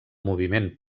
moviment